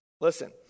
Listen